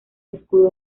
escudo